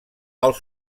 als